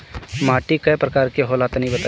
माटी कै प्रकार के होला तनि बताई?